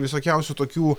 visokiausių tokių